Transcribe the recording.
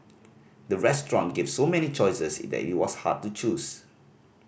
the restaurant gave so many choices that it was hard to choose